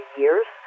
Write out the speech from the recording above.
years